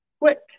quick